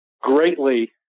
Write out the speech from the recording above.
greatly